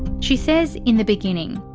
she says in the beginning,